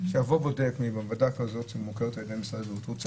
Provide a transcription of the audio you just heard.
שיבוא בודק ממעבדה כזאת שמוכרת על ידי משרד הבריאות רוצה